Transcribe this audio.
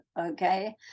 okay